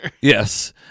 Yes